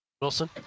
Wilson